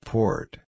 Port